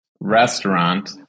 restaurant